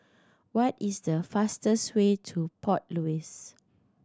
what is the fastest way to Port Louis